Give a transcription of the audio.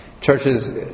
churches